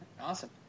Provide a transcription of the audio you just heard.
Awesome